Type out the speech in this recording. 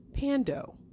Pando